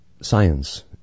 science